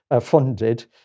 funded